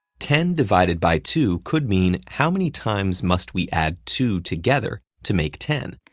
ten divided by two could mean, how many times must we add two together to make ten,